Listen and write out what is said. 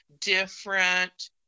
different